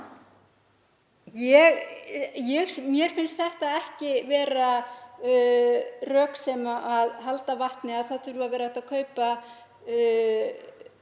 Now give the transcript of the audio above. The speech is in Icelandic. mér finnst það ekki vera rök sem halda vatni að það þurfi að vera hægt að kaupa